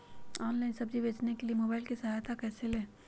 Online सब्जी बेचने के लिए मोबाईल की सहायता कैसे ले?